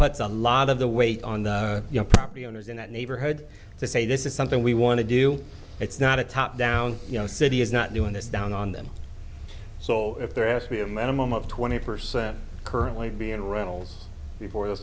puts a lot of the weight on the property owners in that neighborhood to say this is something we want to do it's not a top down you know city is not doing this down on them so if they're asked me a minimum of twenty percent currently being rentals before the